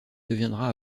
deviendra